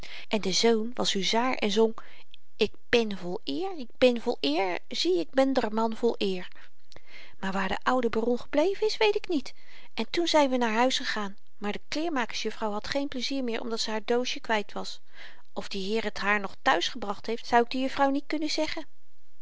en de zoon was huzaar en zong k bèn vol eer k ben vol eer zie ik ben d'r n man vol eer maar waar de oude baron gebleven is weet ik niet en toen zyn we naar huis gegaan maar de kleermakers juffrouw had geen pleizier meer omdat ze haar doosje kwyt was of die heer t haar nog thuis gebracht heeft zou ik de juffrouw niet kunnen zeggen